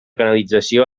canalització